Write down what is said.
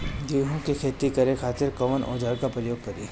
गेहूं के खेती करे खातिर कवन औजार के प्रयोग करी?